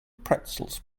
pretzels